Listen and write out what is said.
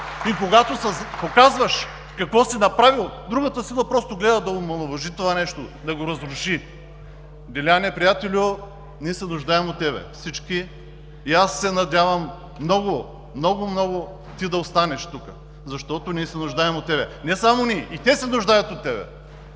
и когато показваш какво си направил, другата сила просто гледа да омаловажи това нещо, да го разруши. Деляне, приятелю, ние се нуждаем от теб – всички. Аз се надявам много, много, много ти да останеш тук, защото се нуждаем от теб. Не само ние, и те се нуждаят от теб.